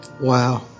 Wow